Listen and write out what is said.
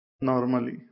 Normally